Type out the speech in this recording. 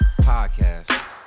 podcast